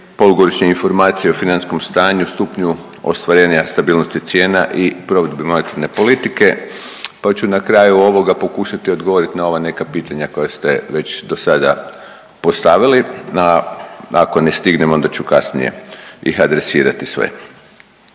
polugodišnje informacija o financijskom stanju, stupnju ostvarenja stabilnosti cijena i provedbi monetarne politike, pa ću na kraju ovoga pokušati odgovoriti na ova neka pitanja koja ste već do sada postavili, a ako ne stignem, onda ću kasnije ih adresirati sve.